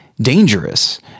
dangerous